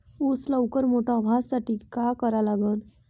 ऊस लवकर मोठा व्हासाठी का करा लागन?